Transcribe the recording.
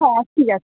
হ্যাঁ ঠিক আছে